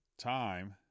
time